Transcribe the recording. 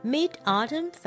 Mid-Autumn